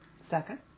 Second